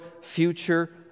future